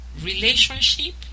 Relationship